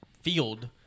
field